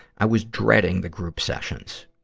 i was dreading the group sessions.